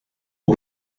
aux